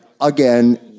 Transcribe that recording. again